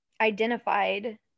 identified